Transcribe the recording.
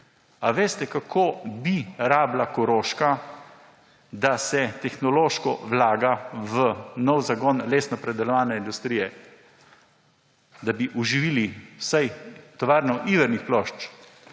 Ali veste, kako bi rabila Koroška, da se tehnološko vlaga v nov zagon lesnopredelovalne industrije? Da bi oživili vsaj tovarno ivernih plošč,